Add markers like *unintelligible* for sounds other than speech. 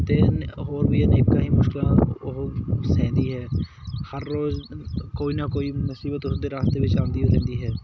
ਅਤੇ *unintelligible* ਹੋਰ ਵੀ ਅਨੇਕਾਂ ਹੀ ਮੁਸ਼ਕਲਾਂ ਉਹ ਸਹਿੰਦੀ ਹੈ ਹਰ ਰੋਜ਼ ਕੋਈ ਨਾ ਕੋਈ ਮੁਸੀਬਤ ਉਸ ਦੇ ਰਸਤੇ ਵਿੱਚ ਆਉਂਦੀ ਹੋਈ ਰਹਿੰਦੀ ਹੈ